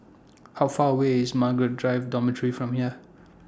How Far away IS Margaret Drive Dormitory from here